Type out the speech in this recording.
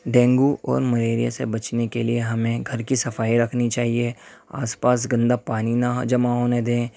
dengue اور malaria سے بچنے کے لیے ہمیں گھر کی صفائی رکھنی چاہیے آس پاس گندا پانی نہ جمع ہونے دیں